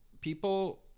people